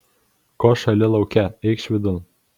ko šąli lauke eikš vidun